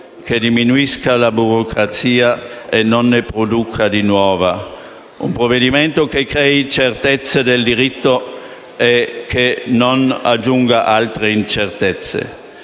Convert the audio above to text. che diminuisca la burocrazia e non ne produca di nuova; un provvedimento che crei certezze del diritto e non che aggiunga altre incertezze.